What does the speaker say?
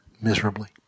miserably